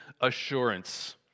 assurance